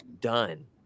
done